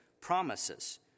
promises